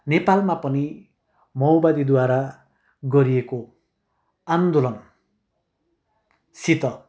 नेपालमा पनि मओवादीद्वारा गरिएको आन्दोलनसित